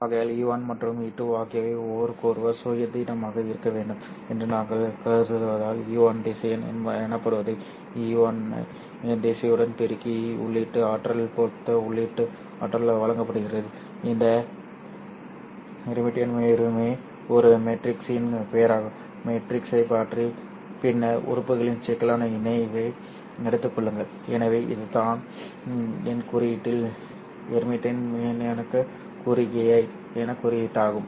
ஆகையால் E1 மற்றும் E2 ஆகியவை ஒருவருக்கொருவர் சுயாதீனமாக இருக்க வேண்டும் என்று நாங்கள் கருதுவதால் Ei திசையன் எனப்படுவதை Ei திசையனுடன் பெருக்கி உள்ளீடு ஆற்றல் மொத்த உள்ளீட்டு ஆற்றல் வழங்கப்படுகிறது இந்த ஹெர்மிட்டியன் வெறுமனே ஒரு மேட்ரிக்ஸின் பெயராகும் மேட்ரிக்ஸை மாற்றி பின்னர் உறுப்புகளின் சிக்கலான இணைவை எடுத்துக் கொள்ளுங்கள் எனவே இது என் குறியீட்டில் ஹெர்மிடியனுக்கான குறுகிய கை குறியீடாகும்